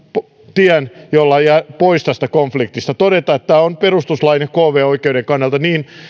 tien pois tästä konfliktista todeta että tämä on perustuslain ja kv oikeuden kannalta niin